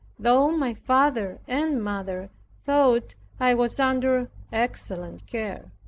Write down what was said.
though my father and mother thought i was under excellent care.